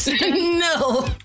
no